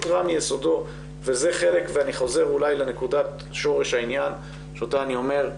אני חוזר אולי לנקודת שורש העניין שאותה אני אומר,